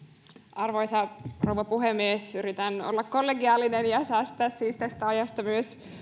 arvoisa rouva puhemies yritän olla kollegiaalinen ja siis säästää tästä ajasta myös